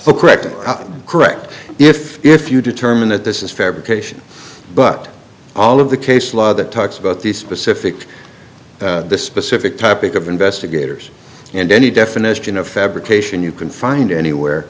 correct correct if if you determine that this is fabrication but all of the case law that talks about the specific the specific topic of investigators and any definition of fabrication you can find anywhere